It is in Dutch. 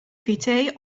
vitae